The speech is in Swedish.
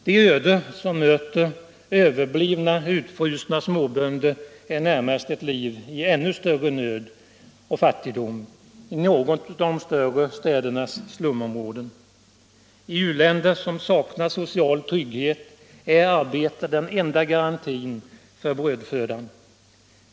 Det öde som möter överblivna och utfrustna småbönder är närmast ett liv i ännu större nöd och fattigdom i någon av de större städernas slumområden. I u-länder som saknar social trygghet är arbete den enda garantin för brödfödan.